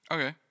Okay